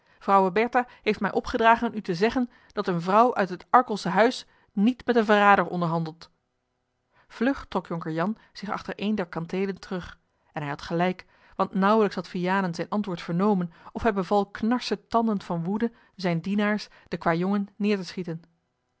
vrouwe bertha heeft mij opgedragen u te zeggen dat eene vrouw uit het arkelsche huis niet met een verrader onderhandelt vlug trok jonker jan zich achter een der kanteelen terug en hij had gelijk want nauwelijks had vianen zijn antwoord vernomen of hij beval knarsetandend van woede zijnen dienaars den kwajongen neer te schieten